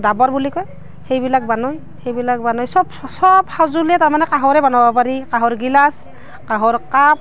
ডাবৰ বুলি কয় সেইবিলাক বনায় সেইবিলাক বনায় চব চব সঁজুলিয়ে তাৰমানে কাঁহৰে বনাব পাৰি কাঁহৰ গিলাচ কাঁহৰ কাপ